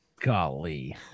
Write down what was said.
golly